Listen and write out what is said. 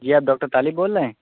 جی آپ ڈاکٹر طالب بول رہے ہیں